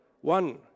one